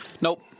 Nope